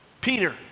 Peter